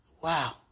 wow